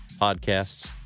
podcasts